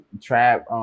trap